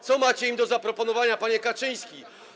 Co macie im do zaproponowania, panie Kaczyński?